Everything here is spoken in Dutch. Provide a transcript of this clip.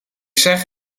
zeg